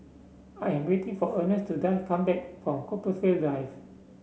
I am waiting for Earnest to come back from Compassvale Drive